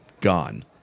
gone